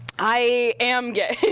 i am gay.